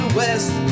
west